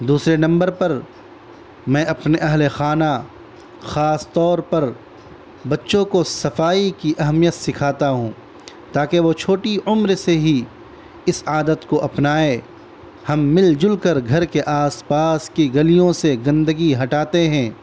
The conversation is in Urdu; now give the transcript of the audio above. دوسرے نمبر پر میں اپنے اہل خانہ خاص طور پر بچوں کو صفائی کی اہمیت سکھاتا ہوں تاکہ وہ چھوٹی عمر سے ہی اس عادت کو اپنائیں ہم مل جل کر گھر کے آس پاس کی گلیوں سے گندگی ہٹاتے ہیں